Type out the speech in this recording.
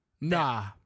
Nah